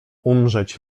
umrzeć